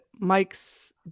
Mike's